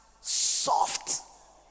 soft